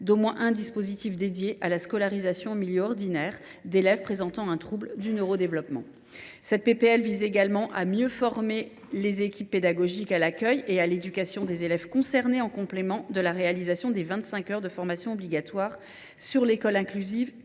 d’au moins un dispositif consacré à la scolarisation en milieu ordinaire d’élèves présentant un trouble du neurodéveloppement. Cette proposition de loi vise également à mieux former les équipes pédagogiques à l’accueil et à l’éducation des élèves concernés, en complément de la réalisation des vingt cinq heures de formation obligatoires sur l’école inclusive,